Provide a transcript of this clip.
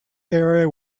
area